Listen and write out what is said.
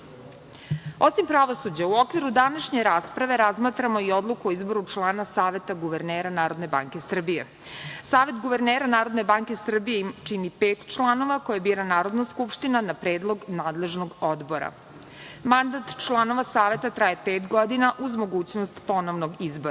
pravosuđa, u okviru današnje rasprave razmatramo i Odluku o izboru člana Saveta guvernera NBS. Savet guvernera NBS čini pet članova koje bira Narodna skupština na predlog nadležnog odbora. Mandat članova Saveta traje pet godina, uz mogućnost ponovnog izbora.U